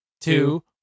Two